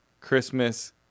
Christmas